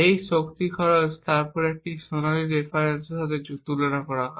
এই শক্তি খরচ তারপর একটি সোনালী রেফারেন্সের সাথে তুলনা করা হয়